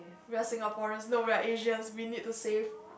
we are Singaporeans no we are Asians we need to save